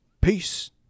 Peace